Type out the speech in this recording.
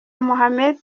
mohamed